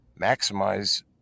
maximize